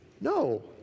No